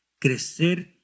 Crecer